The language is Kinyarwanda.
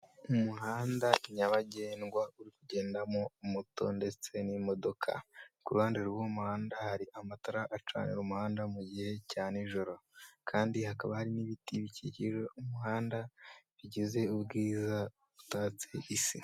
Umuhanda nyabagendwa ugendamo moto ndetse n'imodoka, ku ruhande rw'uwo muhanda hari amatara acanira umuhanda mu gihe cya nijoro, kandi hakaba hari n'ibiti bikikije umuhanda bigize ubwiza butatse isi.